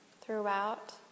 throughout